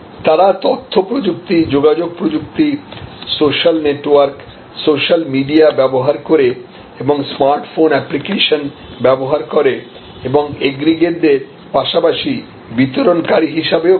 তারা তথ্য প্রযুক্তি যোগাযোগ প্রযুক্তি সোশ্যালনেটওয়ার্ক সোশ্যাল মিডিয়া ব্যবহার করে এবং স্মার্ট ফোন অ্যাপ্লিকেশন ব্যবহার করে এবং এগ্রিগেটরদের পাশাপাশি বিতরণকারী হিসাবেও কাজ করে